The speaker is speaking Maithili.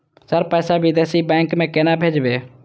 सर पैसा विदेशी बैंक में केना भेजबे?